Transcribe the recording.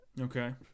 Okay